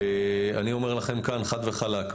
אני אומר לכם כאן חד וחלק,